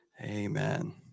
Amen